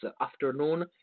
afternoon